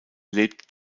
lebt